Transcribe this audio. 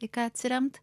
į ką atsiremt